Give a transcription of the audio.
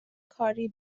کاری